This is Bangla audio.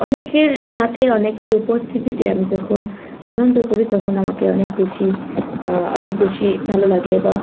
অনেকের সাথে অনেকের উপস্থিতিতে আমি যখন আনন্দ করি তখন আমাকে অনেক বেশি অনেক বেশি ভালো লাগে এবং